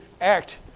act